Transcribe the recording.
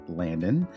landon